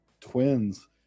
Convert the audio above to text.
Twins